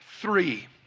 three